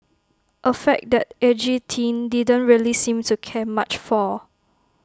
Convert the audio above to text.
A fact that edgy teen didn't really seem to care much for